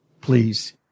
Please